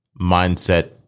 mindset